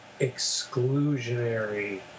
exclusionary